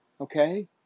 okay